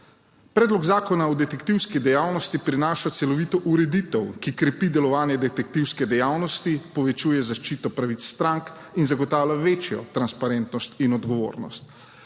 Predlog zakona o detektivski dejavnosti prinaša celovito ureditev, ki krepi delovanje detektivske dejavnosti, povečuje zaščito pravic strank in zagotavlja večjo transparentnost in odgovornost.